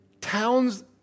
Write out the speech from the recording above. towns